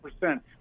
percent